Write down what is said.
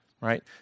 right